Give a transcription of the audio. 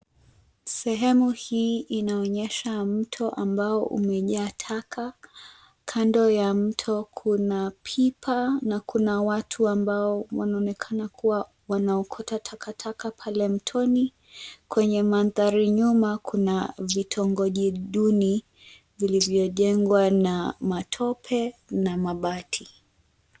Sehemu hii inaonyesha mto ambao umejaa taka. Kando ya mto kuna pipa na kuna watu ambao wanaonekana kuwa wanaokota takataka pale mtoni. Kwenye mandhari nyuma kuna vitongoji duni vilivyojengwa na matope na mabati.